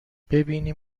ببینیم